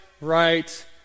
right